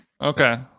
Okay